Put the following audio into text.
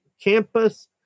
campus